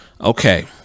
okay